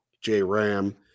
J-Ram